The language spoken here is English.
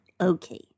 Okay